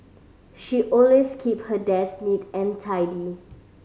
she always keep her desk neat and tidy